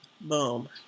Boom